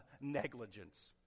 Negligence